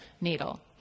needle